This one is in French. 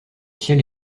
ciel